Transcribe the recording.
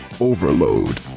Overload